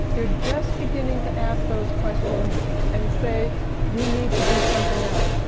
they're just beginning to ask those questions and say we need to do something else.